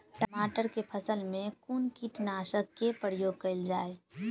टमाटर केँ फसल मे कुन कीटनासक केँ प्रयोग कैल जाय?